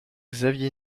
xavier